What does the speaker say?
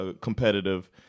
competitive